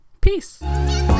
Peace